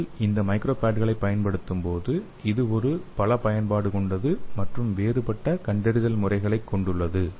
நீங்கள் இந்த மைக்ரோ பேட்களைப் பயன்படுத்தும் போது இது ஒரு பலபயன்பாடு கொண்டது மற்றும் வேறுபட்ட கண்டறிதல் முறைகளைக் கொண்டுள்ளது